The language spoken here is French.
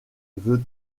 veut